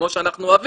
כמו שאנחנו אוהבים.